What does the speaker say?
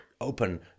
open